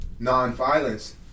nonviolence